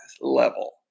level